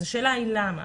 והשאלה היא למה.